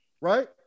right